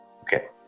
Okay